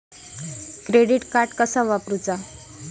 Credit card कसा वापरूचा?